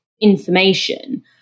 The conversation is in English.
information